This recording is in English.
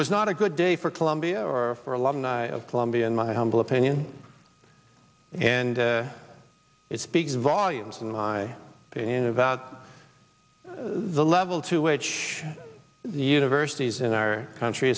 was not a good day for colombia or for alumni of columbia in my humble opinion and it speaks volumes in my opinion about the level to which the universities in our country